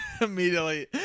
Immediately